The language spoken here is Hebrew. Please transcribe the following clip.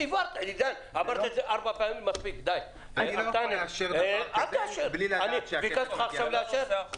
אני לא יכול לאשר דבר כזה בלי לדעת שיש בטוחות.